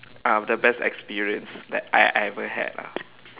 ah the best experience that I ever had lah